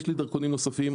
יש לי דרכונים נוספים,